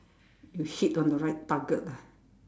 you hit on the right target ah